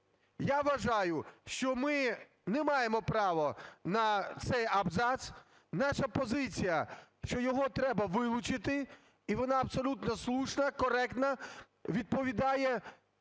Я вважаю, що ми не маємо права на цей абзац. Наша позиція, що його треба вилучити. І вона абсолютно слушна, коректна, відповідає